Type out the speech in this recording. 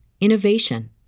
innovation